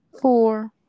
Four